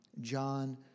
John